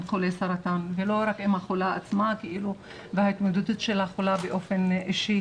חולי סרטן ולא רק החולה עצמה וההתמודדות שלה באופן אישי,